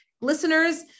listeners